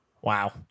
wow